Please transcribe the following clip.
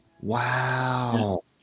wow